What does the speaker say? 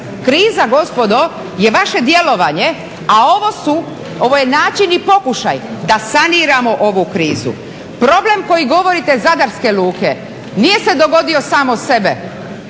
Kriza gospodo je vaše djelovanje, a ovo je način i pokušaj da saniramo ovu krizu. Problem koji govorite Zadarske luke nije se dogodio sam od sebe